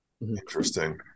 interesting